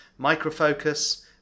Microfocus